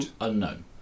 unknown